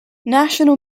national